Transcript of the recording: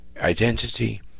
identity